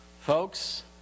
Folks